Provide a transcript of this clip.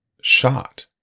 shot